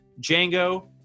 Django